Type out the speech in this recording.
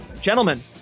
Gentlemen